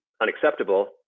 unacceptable